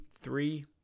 three